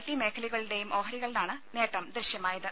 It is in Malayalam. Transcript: ടി മേഖലയുടെയും ഓഹരികളിലാണ് നേട്ടം ദൃശ്യമായത്